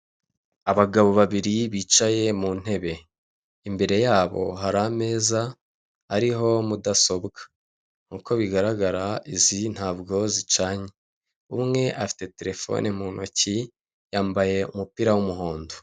Icyapa kiriho umugabo mu maso ugaragara nk'ukuze, yambaye amataratara cyangwa se amarinete mumaso, ikanzu itukura iriho agatambaro kayidodeyeho k'umukara, ishati y'ubururu na karavati.